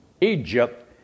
Egypt